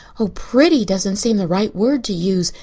oh, pretty doesn't seem the right word to use.